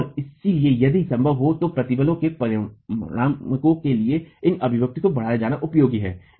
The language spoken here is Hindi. और इसलिए यदि संभव हो तो प्रतिबल के परिणामकों के लिए इन अभिव्यक्तियों को बढ़ाया जाना उपयोगी है